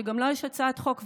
שגם לו יש הצעת חוק,